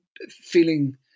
feeling